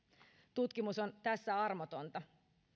tutkimus on tässä armotonta